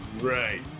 right